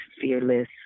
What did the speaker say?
fearless